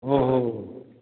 हो हो हो हो